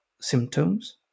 symptoms